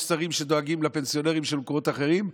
יש שרים שדואגים לפנסיונרים של מקומות אחרים.